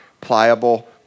pliable